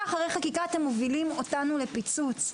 אחרי חקיקה אתם מובילים אותנו לפיצוץ.